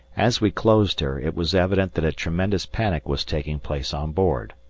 as we closed her, it was evident that a tremendous panic was taking place on board.